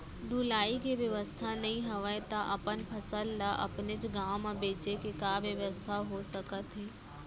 ढुलाई के बेवस्था नई हवय ता अपन फसल ला अपनेच गांव मा बेचे के का बेवस्था हो सकत हे?